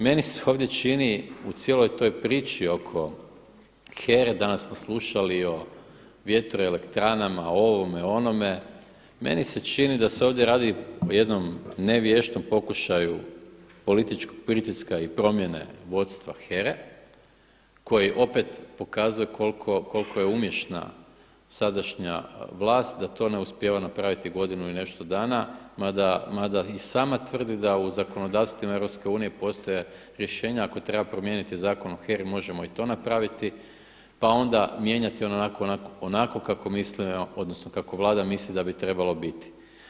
Meni se ovdje čini u cijeloj toj priči oko HERA-e danas smo slušali i o vjetroelektranama, o ovome, onome, meni se čini da se ovdje radi o jednom ne vještom pokušaju političkog pritiska i promjene vodstva HERA-e koji opet pokazuje koliko je umješna sadašnja vlast, da to ne uspijeva napraviti godinu i nešto dana, mada i sama tvrdi da u zakonodavstvima EU postoje rješenja ako treba promijeniti Zakon o HERA-i možemo to i napraviti pa onda mijenjati onako kako Vlada misli da bi trebalo biti.